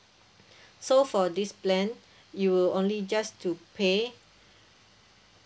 so for this plan you will only just to pay